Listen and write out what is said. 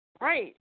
right